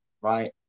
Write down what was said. right